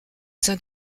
sein